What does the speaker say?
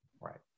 Right